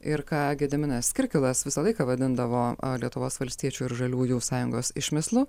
ir ką gediminas kirkilas visą laiką vadindavo a lietuvos valstiečių ir žaliųjų sąjungos išmislu